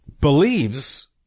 believes